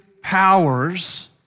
powers